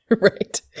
Right